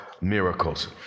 miracles